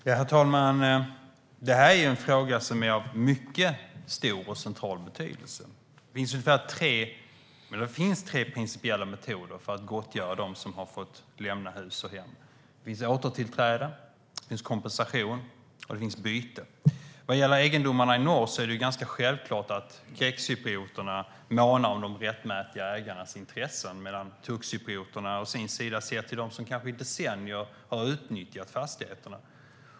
Herr talman! Detta är en fråga som är av mycket stor och central betydelse. Det finns tre principiella metoder för att gottgöra dem som har fått lämna hus och hem. Det finns återtillträde, kompensation och byte. Vad gäller egendomarna i norr är det ganska självklart att grekcyprioterna månar om de rättmätiga ägarnas intressen medan turkcyprioterna å sin sida ser till dem som kanske i decennier har utnyttjat fastigheterna.